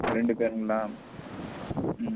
ரெண்டு பேருங்களா ம்